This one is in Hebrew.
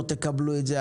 לא תקבלו את זה.